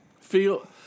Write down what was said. Feel